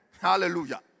Hallelujah